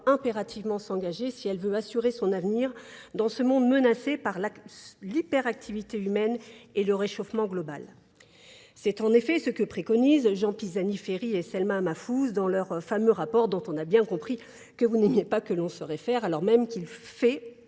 impérativement s'engager si elle veut assurer son avenir dans ce monde menacé par l'hyperactivité humaine et le réchauffement global. C'est en effet ce que préconisent Jean-Pizani Ferri et Selma Mahfouz dans leur fameux rapport, dont on a bien compris que vous n'aimiez pas que l'on se réfère, alors même qu'il fait,